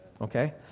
Okay